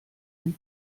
dem